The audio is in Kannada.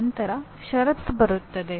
ನಂತರ ಷರತ್ತು ಬರುತ್ತದೆ